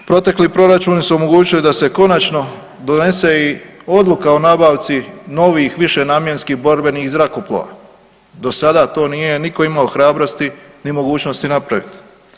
Protekli proračuni su omogućili da se konačno donese i odluka o nabavci novih, višenamjenskih borbenih zrakoplova, do sada to nije nitko imao hrabrosti ni mogućnosti napraviti.